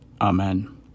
Amen